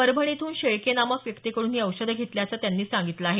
परभणी इथून शेळके नामक व्यक्तिकडून ही औषधं घेतल्याचं त्यांनी सांगितलं आहे